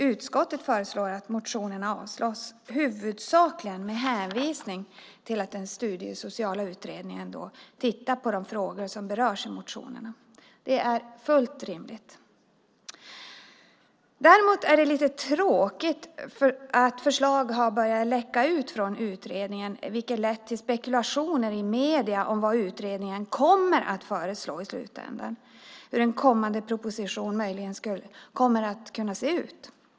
Utskottet föreslår att motionerna avslås huvudsakligen med hänvisning till att den studiesociala utredningen tittar på de frågor som berörs i motionerna. Det är fullt rimligt. Däremot är det lite tråkigt att förslag har börjat läcka ut från utredningen. Det har lett till spekulationer i medier om vad utredningen kommer att föreslå i slutänden och hur en kommande proposition möjligen kan se ut.